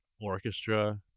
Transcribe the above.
orchestra